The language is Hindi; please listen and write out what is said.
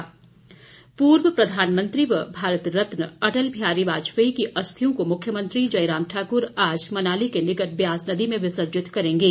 अस्थि कलश पूर्व प्रधानमंत्री व भारत रतन अटल बिहारी वाजपेयी की अस्थियों को मुख्यमंत्री जयराम ठाकुर आज मनाली के निकट व्यास नदी में विसर्जित करेंगे